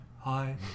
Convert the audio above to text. Hi